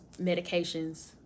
medications